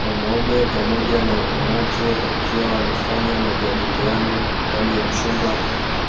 Wanaume pamoja na wanawake wakiwa wanafanya majadiliano ndani ya chumba